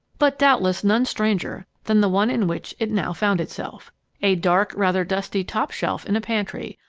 but doubtless none stranger than the one in which it now found itself a dark, rather dusty top shelf in a pantry,